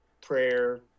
prayer